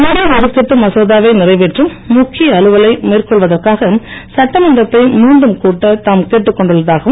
நிதி ஒதுக்கிட்டு மசோதாவை நிறைவேற்றும் முக்கிய அலுவலை மேற்கொள்வதற்காக சட்டமன்றத்தை மீண்டும் கூட்ட தாம் கேட்டுக் கொண்டுள்ளதாகவும்